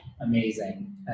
amazing